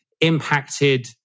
impacted